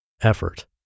effort